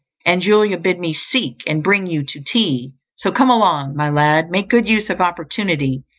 and julia bid me seek and bring you to tea so come along, my lad, make good use of opportunity,